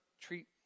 treat